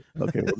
Okay